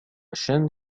chaîne